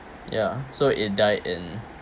ya so it died in